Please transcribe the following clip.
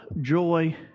joy